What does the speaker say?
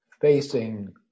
facing